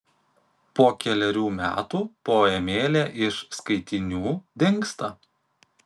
po kelerių metų poemėlė iš skaitinių dingsta